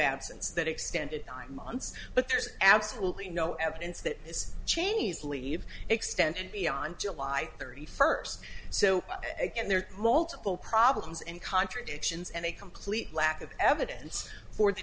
absence that extended by months but there's absolutely no evidence that it's cheney's leave extended beyond july thirty first so again there are multiple problems and contradictions and a complete lack of evidence for the